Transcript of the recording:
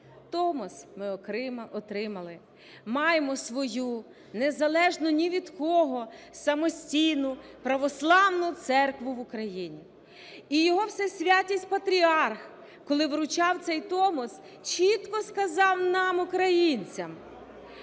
Томос ми отримали, маємо свою, незалежну ні від кого, самостійну православну церкву в Україні. І його Всесвятість Патріарх, коли вручав цей Томос, чітко сказав нам, українцям: